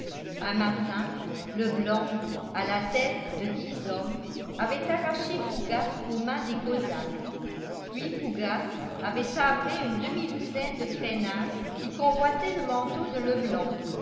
un matin leblanc à la tête de dix hommes avait arraché fougas aux mains des cosaques puis fougas avait sabré une demi-douzaine de traînards qui convoitaient le manteau de leblanc